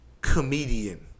comedian